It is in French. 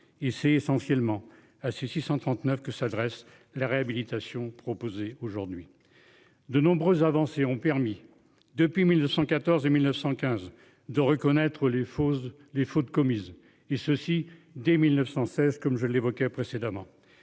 et c'est essentiellement à ces 639 que s'adresse la réhabilitation proposé aujourd'hui. De nombreuses avancées ont permis depuis 1914 1915, de reconnaître les choses les fautes commises et ceci dès 1916 comme je l'évoquais précédemment